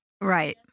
right